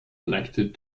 elected